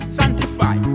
sanctify